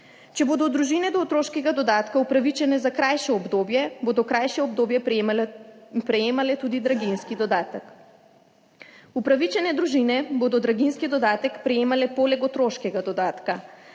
Če bodo družine do otroškega dodatka upravičene za krajše obdobje, bodo krajše obdobje prejemale tudi draginjski dodatek. Upravičene družine bodo draginjski dodatek prejemale poleg otroškega dodatka.